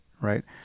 Right